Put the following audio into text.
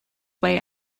way